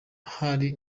hari